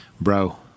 bro